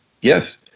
yes